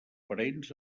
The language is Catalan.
parents